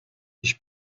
ich